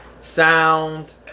sound